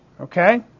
Okay